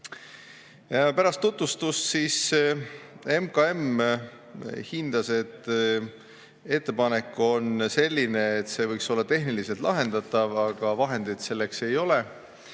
tutvustust MKM hindas, et ettepanek on selline, et see võiks olla tehniliselt lahendatav, aga vahendeid selleks ei ole,